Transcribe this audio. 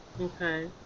Okay